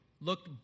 look